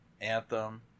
Anthem